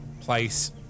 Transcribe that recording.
place